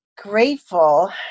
grateful